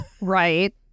Right